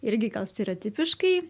irgi gal stereotipiškai